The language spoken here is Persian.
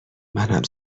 منم